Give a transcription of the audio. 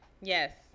Yes